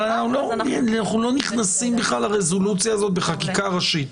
לא נכנסים לרזולוציה הזאת בחקיקה ראשית.